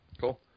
Cool